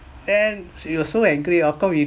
and we were so angry how come we